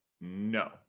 No